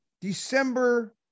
December